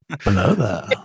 hello